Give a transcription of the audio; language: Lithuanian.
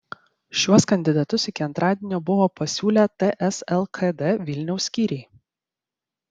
šiuos kandidatus iki antradienio buvo pasiūlę ts lkd vilniaus skyriai